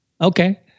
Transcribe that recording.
okay